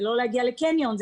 זה לא להגיע לקניון,